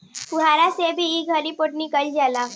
फुहारा से भी ई घरी पटौनी कईल जाता